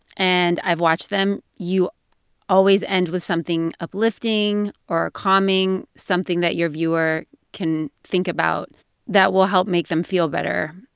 and i've watched them. you always end with something uplifting or calming, something that your viewer can think about that will help make them feel better.